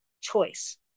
choice